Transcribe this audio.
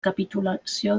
capitulació